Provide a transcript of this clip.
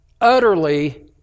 Utterly